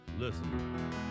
Listen